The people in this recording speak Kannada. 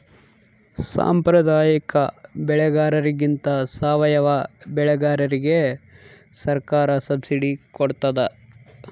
ಸಾಂಪ್ರದಾಯಿಕ ಬೆಳೆಗಾರರಿಗಿಂತ ಸಾವಯವ ಬೆಳೆಗಾರರಿಗೆ ಸರ್ಕಾರ ಸಬ್ಸಿಡಿ ಕೊಡ್ತಡ